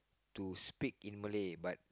to speak in Malay but